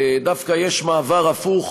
דווקא יש מעבר הפוך,